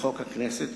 לחוק הכנסת,